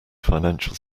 financial